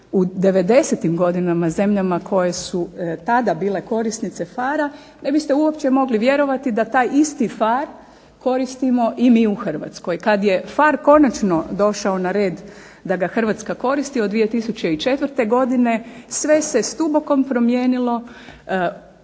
godinama zemljama koje su tada bile korisnice PHARE-a, ne biste uopće mogli vjerovati da taj isti PHAR koristimo i mi u Hrvatskoj. Kada je PHARE konačno došao na red da ga Hrvatska koristi od 2004. godine, sve se stubokom promijenilo,